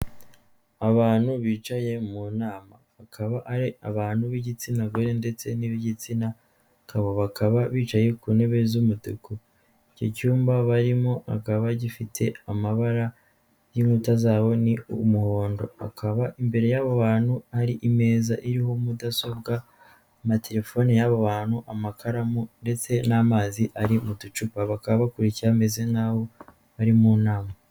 Abantu bicaye mu nama bakaba ari abantu b'igitsina gore ndetse nabi gitsina gabo bakaba bicaye ku ntebe z'umutuku, icyo cyumba barimo akaba gifite amabara y'inkuta zabo n'umuhondo, akaba imbere yabo bantu hari imeza iriho mudasobwa, amatelefoni yabo bantu, amakaramu ndetse n'amazi ari mu ducupa, bakaba bakurikiye bameze nk'aho bari mu nama.